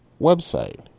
website